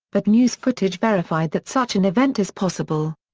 but news footage verified that such an event is possible.